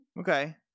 Okay